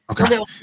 okay